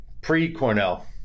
pre-Cornell